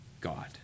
God